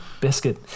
biscuit